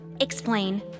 Explain